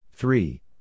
Three